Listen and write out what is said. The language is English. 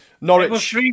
Norwich